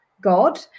God